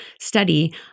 study